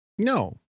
No